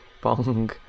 bong